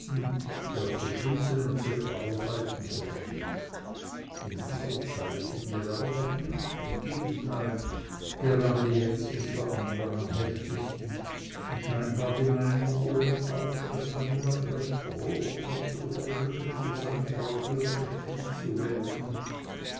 zu schwitzen und zu arbeiten versteht in dieser zeit sind wir aber noch nicht im gegenteil gerade jetzt ist der andrang am heftigsten und scheinbar die meinung oben auf daß man nur ein recht grober gottloser lümmel zu sein brauche um recht viel zu werden